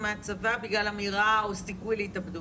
מהצבא בגלל אמירה או סיכוי להתאבדות.